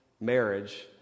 marriage